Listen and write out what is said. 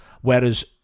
whereas